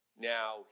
now